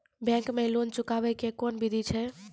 Bank माई loan चुकाबे के कोन बिधि छै?